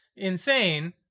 Insane